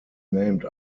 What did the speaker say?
named